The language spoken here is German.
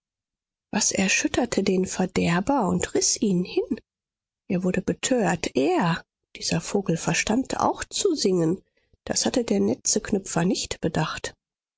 was erschütterte den verderber und riß ihn hin er wurde betört er dieser vogel verstand auch zu singen das hatte der netzeknüpfer nicht bedacht